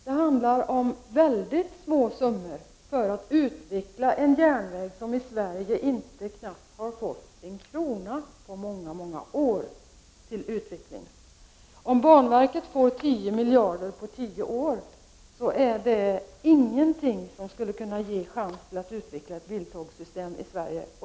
Här handlar det om väldigt små summor för att i Sverige utveckla en järnväg, som knappast har fått en krona på många år för utveckling. Om banverket får 10 miljarder på tio år, är det ingenting som skulle kunna ge SJ chans att utveckla ett biltågssystem i Sverige.